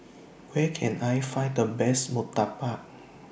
Where Can I Find The Best Murtabak